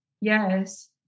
Yes